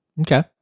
Okay